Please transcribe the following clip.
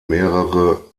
mehrere